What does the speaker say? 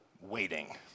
waiting